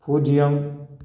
பூஜ்ஜியம்